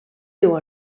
viu